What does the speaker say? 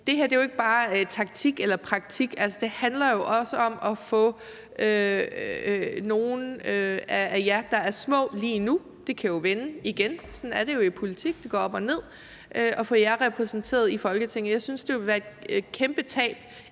det her er jo ikke bare taktik eller praktik; det handler jo også om at få nogle af jer, der er små lige nu – det kan jo vende igen; sådan er det i politik, det går op og ned – repræsenteret i Folketinget. Jeg synes, det ville være et kæmpe tab,